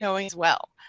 knowing as well.